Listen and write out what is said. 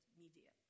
media